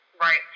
Right